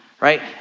right